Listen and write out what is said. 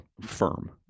Firm